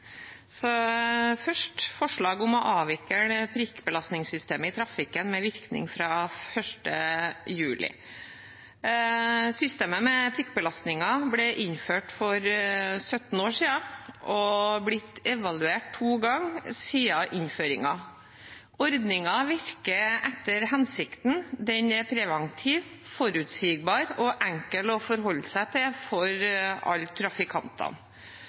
Først til forslaget om å avvikle prikkbelastningssystemet i trafikken med virkning fra 1. juli. Systemet med prikkbelastning ble innført for 17 år siden og er blitt evaluert to ganger siden innføringen. Ordningen virker etter hensikten. Den er preventiv, forutsigbar og enkel å forholde seg til for alle